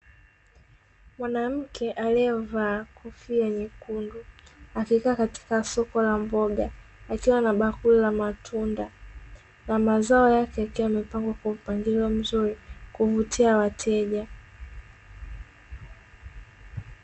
Mwanamke aliyevaa kofia nyekundu akikaa katika soko la mboga akiwa na bakuli la matunda na mazao yake yakiwa yamepangwa kwa mpangilio mzuri kuvutia wateja.